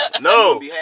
no